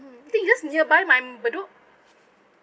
hmm I think you just nearby my bedok